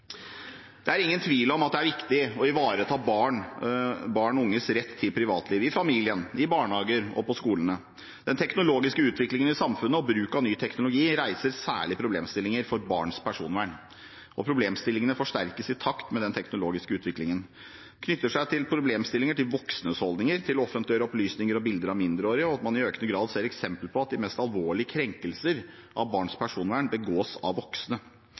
Det er ingen tvil om at det er viktig å ivareta barn og unges rett til privatliv, i familien, i barnehager og på skolene. Den teknologiske utviklingen i samfunnet og bruk av ny teknologi reiser særlige problemstillinger for barns personvern. Problemstillingene forsterkes i takt med den teknologiske utviklingen. Det knytter seg til problemstillinger til voksnes holdninger til å offentliggjøre opplysninger og bilder av mindreårige, og at man i økende grad ser eksempler på at de mest alvorlige krenkelser av barns personvern begås av voksne.